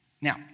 Now